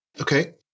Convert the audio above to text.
Okay